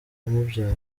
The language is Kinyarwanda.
umubyara